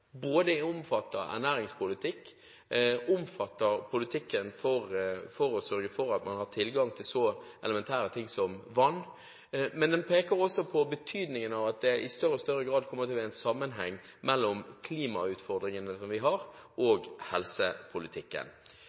sørge for at man har tilgang på en så elementær ting som vann. Men den peker også på betydningen av at det i større og større grad kommer til å være en sammenheng mellom klimautfordringene vi har, og helsepolitikken.